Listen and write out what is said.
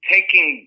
taking